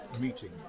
meeting